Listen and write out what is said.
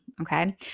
Okay